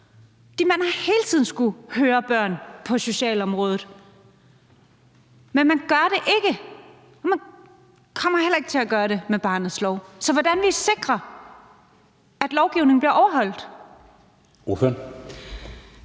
hele tiden skullet høre børn ad, men man gør det ikke, og man kommer heller ikke til at gøre det med barnets lov. Så hvordan vil I sikre, at lovgivningen bliver overholdt?